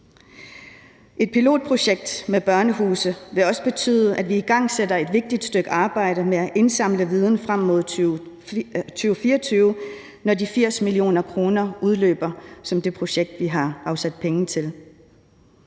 Et pilotprojekt med børnehuse vil også betyde, at vi igangsætter et vigtigt stykke arbejde med at indsamle viden frem mod 2024, når de 80 mio. kr. udløber i forbindelse med det projekt, som vi har afsat penge til.